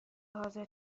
حاضر